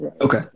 Okay